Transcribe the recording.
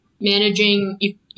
managing –